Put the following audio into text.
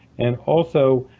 and also,